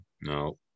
No